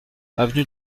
avenue